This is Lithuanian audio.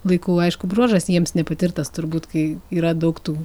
laikų aišku bruožas jiems nepatirtas turbūt kai yra daug tų